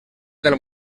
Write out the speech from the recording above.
del